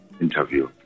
interview